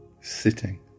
sitting